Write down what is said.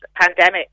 pandemic